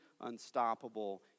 unstoppable